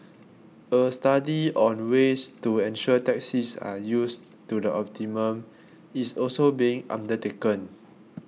a study on ways to ensure taxis are used to the optimum is also being undertaken